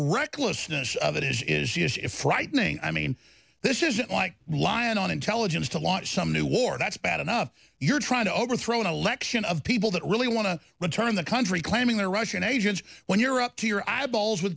recklessness of it is is just frightening i mean this isn't like lying on intelligence to launch some new war that's bad enough you're trying to overthrow an election of people that really want to return the country claiming they're russian agents when you're up to your eyeballs with